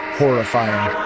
horrifying